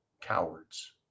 cowards